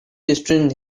restrained